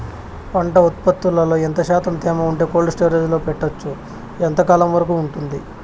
పంట ఉత్పత్తులలో ఎంత శాతం తేమ ఉంటే కోల్డ్ స్టోరేజ్ లో పెట్టొచ్చు? ఎంతకాలం వరకు ఉంటుంది